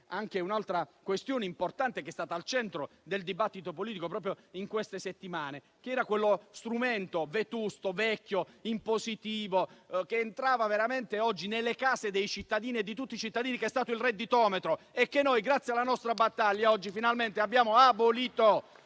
anche un'altra questione importante che è stata al centro del dibattito politico proprio in queste settimane: quello strumento vetusto, vecchio e impositivo, che entrava nelle case di tutti i cittadini che è stato il redditometro, grazie alla nostra battaglia, oggi finalmente è stato abolito.